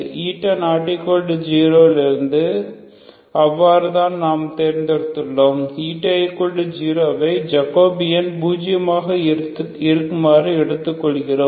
η≠0 இருந்து அவ்வாறுதான் நாம் தேர்ந்தெடுத்துள்ளோம் η0 ஐ ஜகோபியன் பூஜியமாக இருக்குமாறு எடுத்துக்கொள்கிறோம்